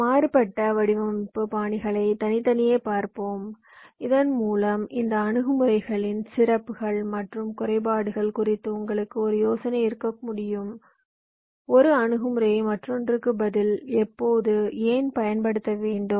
இந்த மாறுபட்ட வடிவமைப்பு பாணிகளை தனித்தனியாக பார்ப்போம் இதன் மூலம் இந்த அணுகுமுறைகளின் சிறப்புகள் மற்றும் குறைபாடுகள் குறித்து உங்களுக்கு ஒரு யோசனை இருக்க முடியும் ஒரு அணுகுமுறையை மற்றொன்றுக்கு பதில் எப்போது ஏன் பயன்படுத்த வேண்டும்